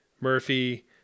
Murphy